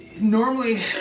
normally